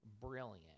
brilliant